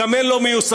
גם הן לא מיושמות.